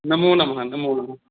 नमो नमः नमो नमः